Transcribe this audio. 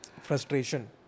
frustration